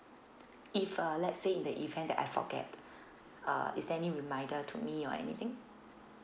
if uh let's say in the event that I forget uh is there any reminder to me or anything